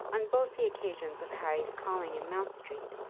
on both the occasions of harry's calling in mount street,